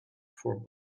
voor